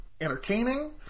entertaining